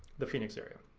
the phoenix area.